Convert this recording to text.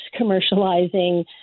commercializing